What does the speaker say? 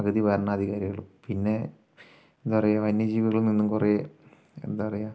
പകുതി ഭരണാധികാരികളും പിന്നെ എന്താ പറയുക വന്യജീവികളിൽ നിന്നും കുറേ എന്താ പറയുക